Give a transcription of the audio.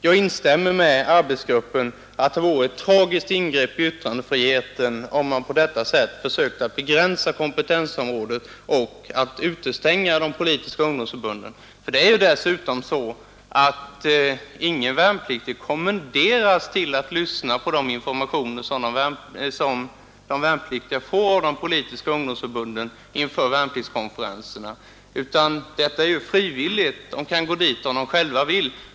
Jag instämmer med arbetsgruppen att det vore ett tragiskt ingrepp i yttrandefriheten om man på detta sätt försökte begränsa kompetensområdet och utestänga de politiska ungdomsförbunden. Det är dessutom så att ingen värnpliktig kommenderas att lyssna till de informationer som de värnpliktiga får av de politiska ungdomsförbunden inför värnpliktskonferenserna. Det är frivilligt. De kan gå dit om de själva vill.